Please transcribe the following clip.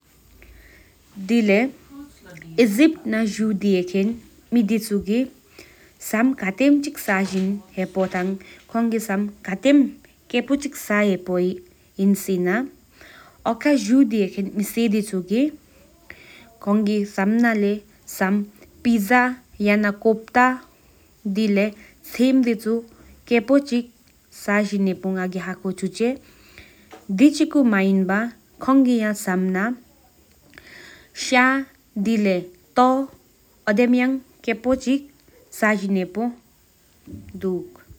ཨི་ཇིབཊ ན་འཇུ་དེ་ཧེཁེན མེ་དེ་ཆུ་གི་ཁ་དེམཀ ཐ་སམ་ཁ་དེམཀ། ལོ་ཁེ་པོ་ས་ཇིན་ཧེ་པོ་དུ་སེ་ན་འོ་ཁེ་མེ་ཆུ་གི་པིཛ་ཀོ་བཏ་ཆིམས་ ཨོ་དེམ་སམ་ལོ་ཁེ་པོ་ཆི་ས་ཇིན་ཧེ་པོ་ང་གི་ཧ་ཀོ་ཆུ་ཆེ། དེ་ཆི་ཁོ་ད་མེན་བ་ཁོ་གི ཡ་ས་མན་ན་ཤྙ་ཐོ་ཆིམས ཨོ་དེམ་ཐམ་ཆེ་ས་ཇིན་ཧེ་པོ་ན་གི་གི་ཐོང་ཆུ་ཆེ།